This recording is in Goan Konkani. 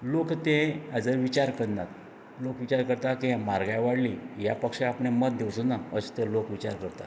लोक तें हाजो विचार करनात लोक विचार करतात की म्हारगाय वाडली ह्या पक्षाक आपणें मत दिवचो ना अशें तें विचार करतात